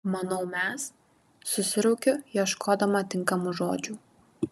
manau mes susiraukiu ieškodama tinkamų žodžių